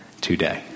today